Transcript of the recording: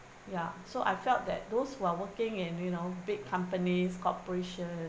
ya so I felt that those who are working and you know big companies cooperation